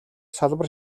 салбар